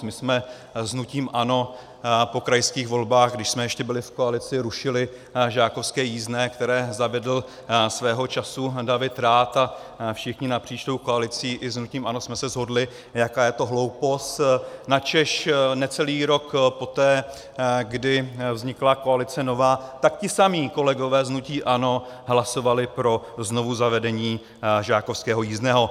My jsme s hnutím ANO po krajských volbách, když jsme ještě byli v koalici, rušili žákovské jízdné, které zavedl svého času David Rath, a všichni napříč tou koalicí i s hnutím ANO jsme se shodli, jaká je to hloupost, načež necelý rok poté, kdy vznikla koalice nová, tak ti samí kolegové z hnutí ANO hlasovali pro znovuzavedení žákovského jízdného.